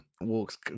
Walks